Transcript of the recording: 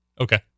Okay